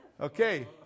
Okay